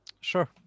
Sure